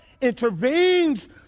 intervenes